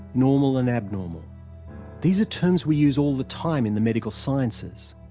normal and abnormal these are terms we use all the time in the medical sciences,